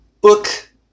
book